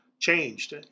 changed